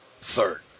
third